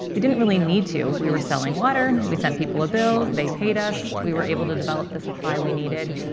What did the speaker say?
we didn't really need to. we were selling water, we sent people a bill, they paid us, we were able to develop the supply we needed.